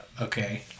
Okay